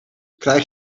krijg